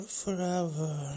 forever